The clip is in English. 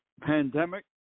pandemic